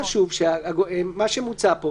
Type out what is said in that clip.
חשוב מה שמוצע פה,